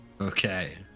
Okay